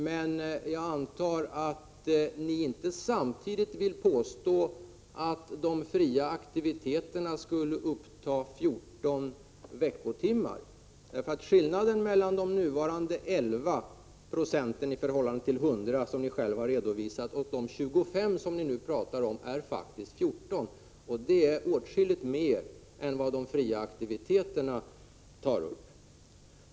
Men jag antar att ni inte samtidigt vill påstå att de fria aktiviteterna skulle uppta 14 veckotimmar. Skillnaden mellan de nuvarande 11 96, i förhållande till de 100 som ni själva har redovisat, och de 25 26 som ni nu talar om är faktiskt 14. Det är åtskilligt mer än vad de fria aktiviteterna tar i anspråk.